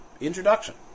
introduction